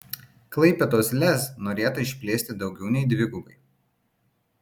klaipėdos lez norėta išplėsti daugiau nei dvigubai